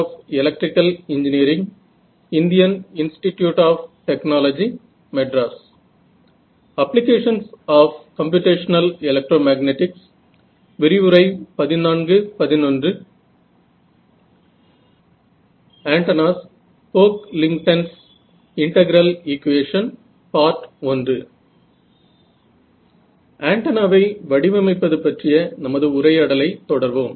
ஆண்டனாவை வடிவமைப்பது பற்றிய நமது உரையாடலை தொடர்வோம்